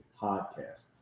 podcast